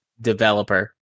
developer